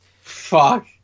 Fuck